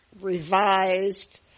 revised